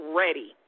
ready